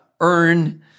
earn